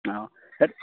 অঁ সেইটো